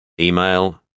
Email